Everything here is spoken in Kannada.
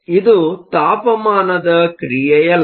ಇದು ತಾಪಮಾನದ ಕ್ರಿಯೆಯಲ್ಲ